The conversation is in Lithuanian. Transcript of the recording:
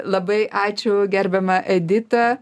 labai ačiū gerbiama edita